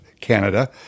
Canada